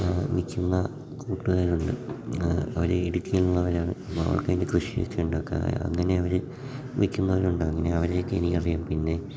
വിൽക്കുന്ന കൂട്ടുകാരുണ്ട് അവർ ഇടുക്കിയെന്നുള്ളവരാണ് അവർക്ക് അതിൻ്റെ കൃഷിയൊക്കെ ഉണ്ടാക്കാൻ അറിയാം അങ്ങനെ അവർ വിൽക്കുന്നവരുണ്ട് അങ്ങനെ അവരെയൊക്കെ എനിക്കറിയാം പിന്നെ